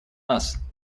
нас